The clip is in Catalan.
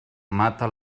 mata